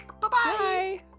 Bye-bye